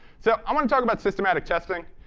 so i want to talk about systematic testing.